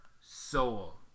soul